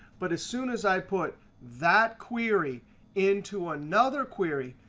but as soon as i put that query into another query,